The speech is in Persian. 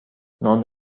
نان